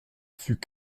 fut